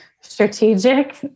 strategic